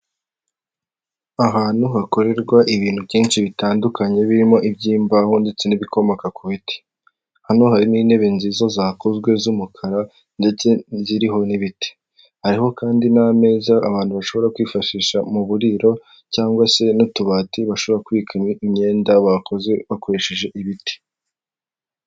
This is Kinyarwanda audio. Ahantu hakorerwa ibintu byinshi bitandukanye birimo iby'imbaho ndetse n'ibikomoka ku biti, hano hari n'intebe nziza zakozwe z'umukara ndetse ziriho n'ibiti, hariho kandi n'ameza abantu bashobora kwifashisha mu buriro cyangwa se n'utubati bashobora kubikamo imyenda bakoze bakoresheje ibiti.